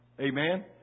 Amen